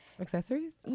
accessories